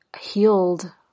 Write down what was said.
healed